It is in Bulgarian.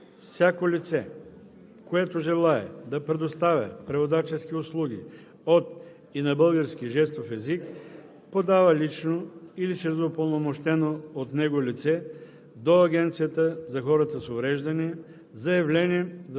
Всяко лице, което желае да предоставя преводачески услуги от и на български жестов език, подава лично или чрез упълномощено от него лице до Агенцията за хората с увреждания заявление за